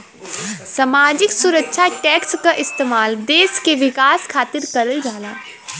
सामाजिक सुरक्षा टैक्स क इस्तेमाल देश के विकास खातिर करल जाला